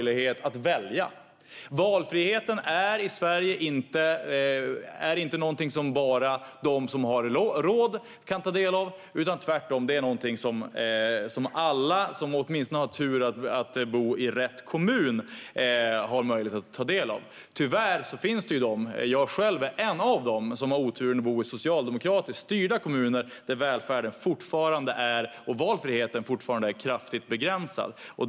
Valfriheten i Sverige är inte något som bara de som har råd kan ta del av, utan tvärtom är den något som alla, åtminstone de som har turen att bo i rätt kommun, har möjlighet att ta del av. Tyvärr finns det de som har oturen att bo i socialdemokratiskt styrda kommuner - jag själv är en av dem - där välfärden och valfriheten fortfarande är kraftigt begränsade.